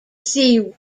see